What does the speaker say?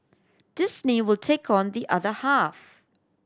Disney will take on the other half